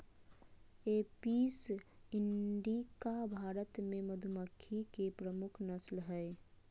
Apis indica भारत मे मधुमक्खी के प्रमुख नस्ल हय